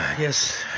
yes